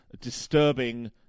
disturbing